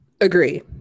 Agree